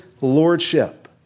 lordship